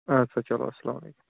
اَدٕ سا چلو اَسَلام علیکُم